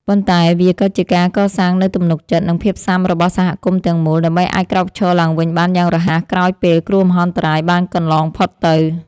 ប៉ុន្តែវាក៏ជាការកសាងនូវទំនុកចិត្ត និងភាពស៊ាំរបស់សហគមន៍ទាំងមូល ដើម្បីអាចក្រោកឈរឡើងវិញបានយ៉ាងរហ័សក្រោយពេលគ្រោះមហន្តរាយបានកន្លងផុតទៅ។